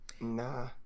nah